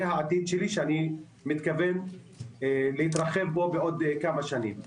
זה העתיד שלי שאני מתכוון להתרחב בו בעוד כמה שנים.